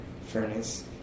furnace